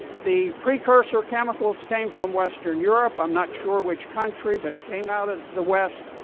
the precursor chemicals came from western europe, i'm not sure which country, but it came out of the west,